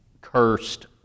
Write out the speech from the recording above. cursed